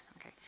okay